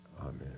Amen